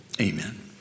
Amen